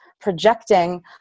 projecting